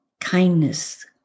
kindness